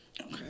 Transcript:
Okay